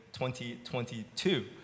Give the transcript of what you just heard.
2022